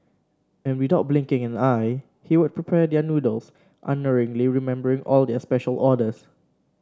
and without blinking an eye he would prepare their noodles unerringly remembering all their special orders